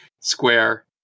square